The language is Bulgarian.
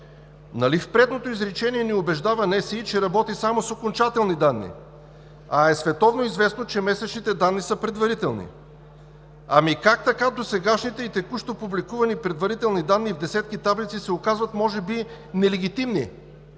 статистически институт ни убеждава, че работи само с окончателни данни? Световно известно е, че месечните данни са предварителни. Ами как така досегашните и текущо публикувани предварителни данни в десетки таблици, се оказват може би нелегитимни